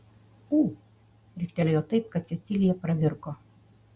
ū riktelėjo taip kad cecilija pravirko